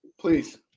Please